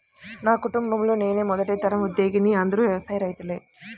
మా కుటుంబంలో నేనే మొదటి తరం ఉద్యోగిని అందరూ వ్యవసాయ రైతులే